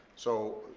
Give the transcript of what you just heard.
so,